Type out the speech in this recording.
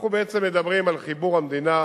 אנחנו בעצם מדברים על חיבור המדינה,